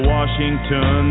Washington